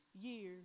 years